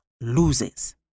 loses